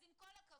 אז עם כל הכבוד,